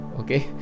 okay